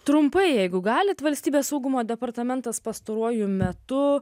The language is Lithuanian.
trumpai jeigu galite valstybės saugumo departamentas pastaruoju metu